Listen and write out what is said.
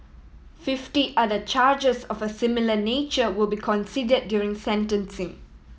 fifty other charges of a similar nature will be considered during sentencing